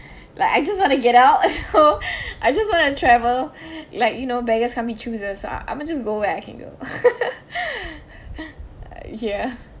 just want to get out so I just want to travel like you know beggars can't be choosers ah I'm will just go where I can go ya